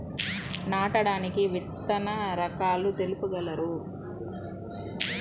నాటడానికి విత్తన రకాలు తెలుపగలరు?